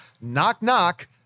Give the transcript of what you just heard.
knock-knock